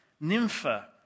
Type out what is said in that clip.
Nympha